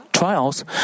trials